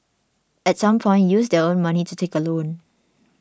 at some point use their own money to take a loan